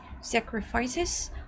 sacrifices